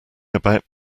about